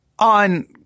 On